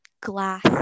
glass